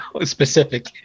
specific